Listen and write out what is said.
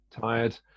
tired